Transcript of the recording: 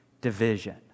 division